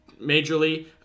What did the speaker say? majorly